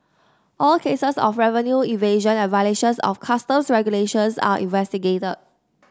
all cases of revenue evasion and violations of Customs regulations are investigated